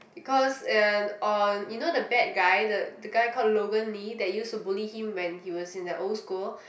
because um on you know the bad guy the the guy called Logan Nee that used to bully he when he was in the old school